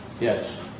yes